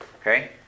Okay